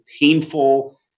painful